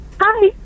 Hi